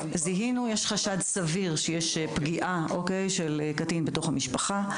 יש חשד סביר שיש פגיעה של קטין בתוך המשפחה,